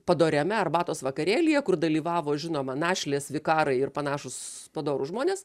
padoriame arbatos vakarėlyje kur dalyvavo žinoma našlės vikarai ir panašūs padorūs žmonės